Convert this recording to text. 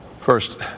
First